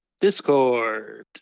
Discord